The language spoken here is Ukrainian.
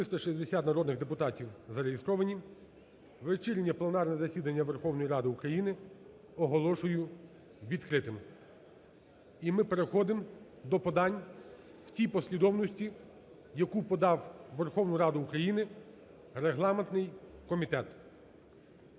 360 народних депутатів зареєстровані. Вечірнє пленарне засідання Верховної Ради України оголошую відкритим. І ми переходимо до подань в тій послідовності, яку подав у Верховну Раду України регламентний комітет.